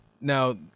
Now